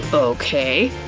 ah okay,